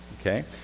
okay